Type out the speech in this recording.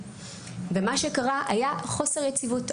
ומה שקרה היה חוסר יציבות.